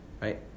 Right